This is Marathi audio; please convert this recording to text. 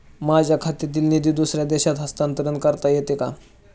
माझ्या खात्यातील निधी दुसऱ्या देशात हस्तांतर करता येते का?